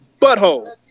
butthole